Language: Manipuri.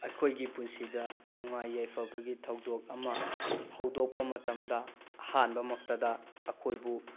ꯑꯩꯈꯣꯏꯒꯤ ꯄꯨꯟꯁꯤꯗ ꯅꯨꯡꯉꯥꯏ ꯌꯥꯏꯐꯕꯒꯤ ꯊꯧꯗꯣꯛ ꯑꯃ ꯍꯧꯗꯣꯛꯄ ꯃꯇꯝꯗ ꯑꯍꯥꯟꯕꯃꯛꯇꯗ ꯑꯩꯈꯣꯏꯕꯨ